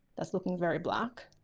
that's looking very black.